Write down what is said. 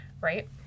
right